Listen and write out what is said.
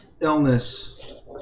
illness